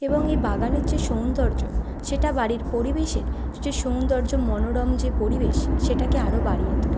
এবং এই বাগানের যে সৌন্দর্য সেটা বাড়ির পরিবেশের যে সৌন্দর্য মনোরম যে পরিবেশ সেটাকে আর বাড়িয়ে তোলে